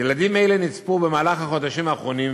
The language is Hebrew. ילדים אלה נצפו במהלך החודשים האחרונים,